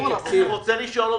אני רוצה לשאול אותך.